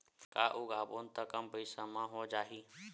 का उगाबोन त कम पईसा म हो जाही?